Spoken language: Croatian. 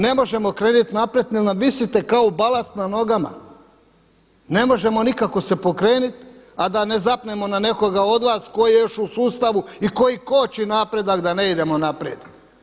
Ne možemo krenuti naprijed jel nam visite kao balast na nogama, ne možemo nikako se pokrenit a da ne zapnemo na nekoga od vas koji je još u sustavu i koji koči napredak da ne idemo naprijed.